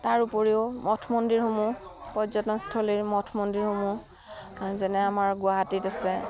তাৰ উপৰিও মঠ মন্দিৰসমূহ পৰ্যটনস্থলীৰ মঠ মন্দিৰসমূহ যেনে আমাৰ গুৱাহাটীত আছে